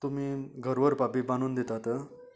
तुमी घर व्हरपा बी बांदून दितात